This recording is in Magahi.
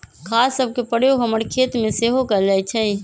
खाद सभके प्रयोग हमर खेतमें सेहो कएल जाइ छइ